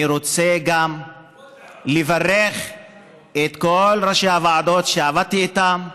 אני רוצה לברך גם את כל ראשי הוועדות שעבדתי איתם,